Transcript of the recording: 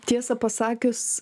tiesa pasakius